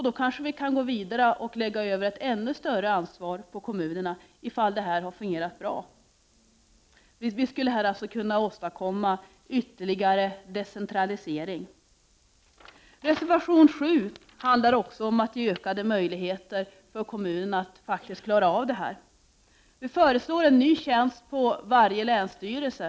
Då kan vi kanske gå vidare och lägga över ett ännu större ansvar på kom munerna, om detta har fungerat bra. Vi skulle alltså i detta sammanhang kunna åstadkomma ytterligare decentralisering. Reservation 7 handlar också om att kommunerna skall ges ökade möjligheter att klara av detta. I denna reservation föreslår vi i miljöpartiet att en ny tjänst skall inrättas på varje länsstyrelse.